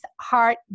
heart